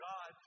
God